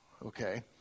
Okay